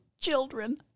children